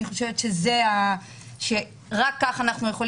אני חושבת שרק כך נוכל